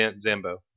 Zambo